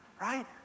Right